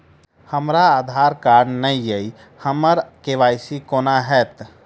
हमरा आधार कार्ड नै अई हम्मर के.वाई.सी कोना हैत?